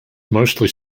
mostly